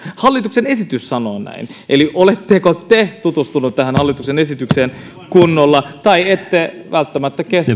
hallituksen esitys sanoo näin eli oletteko te tutustunut tähän hallituksen esitykseen kunnolla tai ette välttämättä kestä